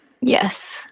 Yes